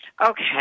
Okay